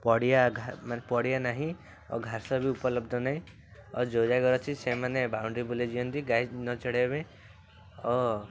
ପଡ଼ିଆ ମାନେ ପଡ଼ିଆ ନାହିଁ ଆଉ ଘାସ ବି ଉପଲବ୍ଧ ନାହିଁ ଆଉ ଯେଉଁ ଜାଗାରେ ଅଛି ସେମାନେ ବାଉଣ୍ଡରୀ ବୁଲାଇ ଦିଅନ୍ତି ଗାଈ ନଚଢି଼ବା ପାଇଁ ଓ